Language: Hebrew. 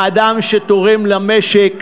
האדם שתורם למשק,